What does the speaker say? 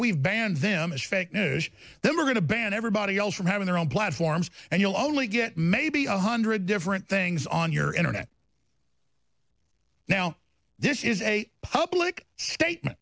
we've banned them it's fake news then we're going to ban everybody else from having their own platforms and you'll only get maybe a hundred different things on your internet now this is a public statement